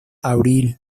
abril